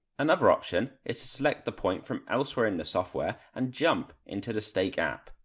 another option is to select the point from elsewhere in the software and jump into the stake app.